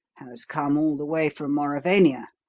has come all the way from mauravania,